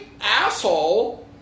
asshole